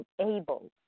able